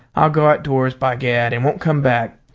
i'll go outdoors, by gad, and won't come back.